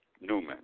Newman